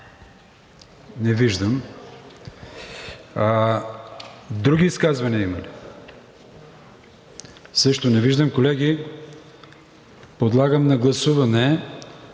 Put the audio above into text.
Не виждам. Други изказвания има ли? Също не виждам. Колеги, подлагам на гласуване